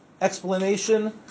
explanation